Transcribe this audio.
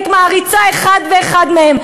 היית מעריצה כל אחד ואחד מהם.